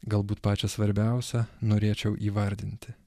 galbūt pačią svarbiausią norėčiau įvardinti